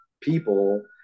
people